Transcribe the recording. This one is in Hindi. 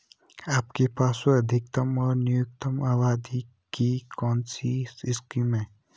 आपके पासबुक अधिक और न्यूनतम अवधि की कौनसी स्कीम है?